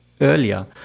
earlier